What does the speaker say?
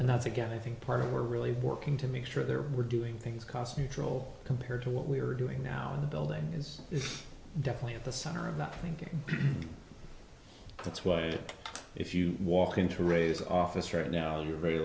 and that's again i think part of we're really working to make sure they're we're doing things cost neutral compared to what we are doing now and the building is definitely at the center of that thinking that's why if you walk into ray's office right now and you're very